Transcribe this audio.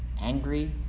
angry